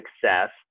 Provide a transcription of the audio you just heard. success